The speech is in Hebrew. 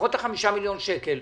לפחות את החמישה מיליון שקלים,